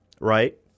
right